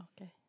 Okay